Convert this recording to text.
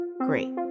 great